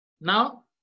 Now